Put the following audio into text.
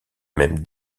même